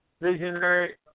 visionary